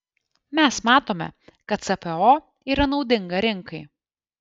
mes matome kad cpo yra naudinga rinkai